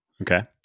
okay